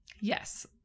Yes